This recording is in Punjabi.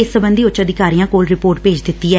ਉਨਾਂ ਨੇ ਇਸ ਸਬੰਧੀ ਉੱਚ ਅਧਿਕਾਰੀਆਂ ਕੋਲ ਰਿਪੋਰਟ ਭੇਜ ਦਿੱਤੀ ਐ